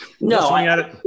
No